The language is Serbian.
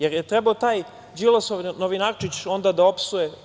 Da li je trebao taj Đilasov novinarčić onda da opsuje…